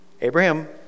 Abraham